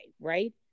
right